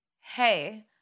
hey